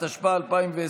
התשפ"א 2020,